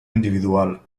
individual